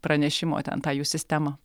pranešimo ten tą jų sistemą